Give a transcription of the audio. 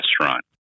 restaurant